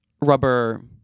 rubber